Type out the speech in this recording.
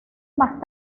más